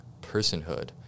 Personhood